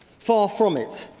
far from it,